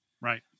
Right